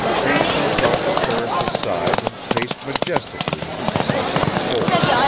ranged himself at ferris's side and paced majestically in the procession of four.